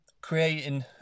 creating